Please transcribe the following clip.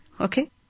Okay